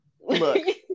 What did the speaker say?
look